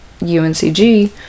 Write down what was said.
UNCG